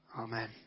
Amen